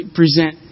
present